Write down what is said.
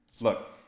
Look